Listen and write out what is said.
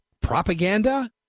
Propaganda